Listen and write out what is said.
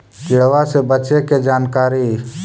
किड़बा से बचे के जानकारी?